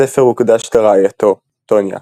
הספר הוקדש לרעייתו, טוניה.